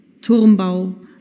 Turmbau